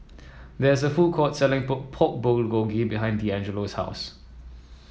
there is a food court selling Pork Bulgogi behind Deangelo's house